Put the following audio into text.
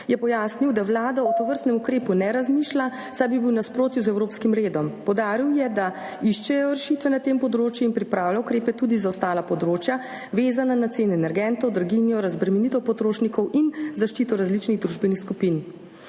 je pojasnil, da Vlada o tovrstnem ukrepu ne razmišlja, saj bi bil v nasprotju z evropskim redom. Poudaril je, da iščejo rešitve na tem področju in pripravljajo ukrepe tudi za ostala področja, vezana na cene energentov, draginjo, razbremenitev potrošnikov in zaščito različnih družbenih skupin.